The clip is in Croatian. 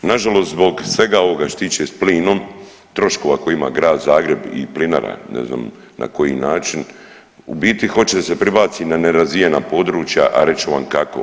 Na žalost zbog svega ovoga što se tiče s plinom, troškova koje ima grad Zagreb i Plinara, ne znam na koji način u biti hoće da se pribaci na nerazvijena područja, a reći ću vam kako.